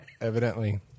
evidently